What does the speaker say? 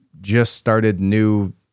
just-started-new